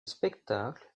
spectacle